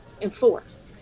enforce